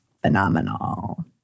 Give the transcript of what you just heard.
phenomenal